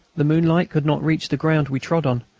the moonlight could not reach the ground we trod on,